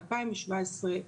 ב-2017,